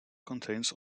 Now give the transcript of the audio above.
contains